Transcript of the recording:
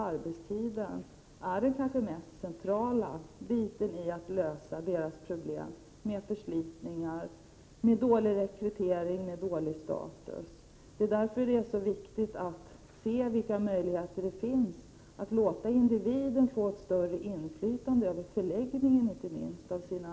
Arbetstiden är kanske det mest centrala problemet om förslitningsskador vi har att lösa, men även frågor som dålig rekrytering och dålig status måste tas med i bilden. Det är därför det är så viktigt att undersöka vilka möjligheter som finns att låta individen få ett större inflytande, inte minst över förläggningen av sina arbetstider.